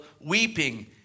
weeping